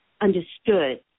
understood